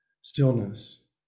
stillness